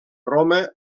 roma